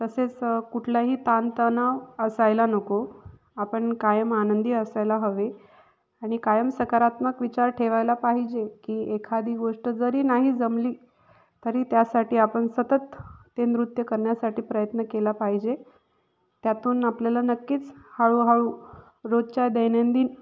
तसेच कुठलाही ताण तणाव असायला नको आपण कायम आनंदी असायला हवे आणि कायम सकारात्मक विचार ठेवायला पाहिजे की एखादी गोष्ट जरी नाही जमली तरी त्यासाठी आपण सतत ते नृत्य करण्यासाठी प्रयत्न केला पाहिजे त्यातून आपल्याला नक्कीच हळूहळू रोजच्या दैनंदिन